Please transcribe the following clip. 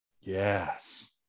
Yes